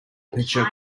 pitcher